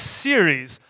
series